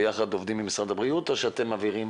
הם עובדים ביחד עם משרד הבריאות או שאתם מעבירים